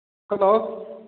hello